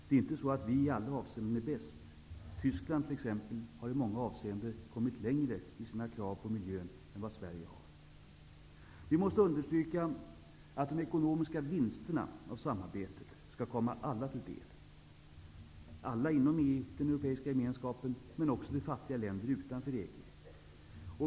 Vi är inte bäst i alla avseenden. Tyskland har i många avseenden kommit längre i sina krav på miljön än vad Sverige har gjort. Vi måste understryka att de ekonomiska vinsterna av samarbetet skall komma alla till del. Det gäller alla inom den europeiska gemenskapen, men också fattiga länder utanför EG.